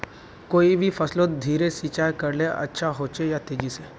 कोई भी फसलोत धीरे सिंचाई करले अच्छा होचे या तेजी से?